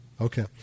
Okay